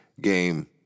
game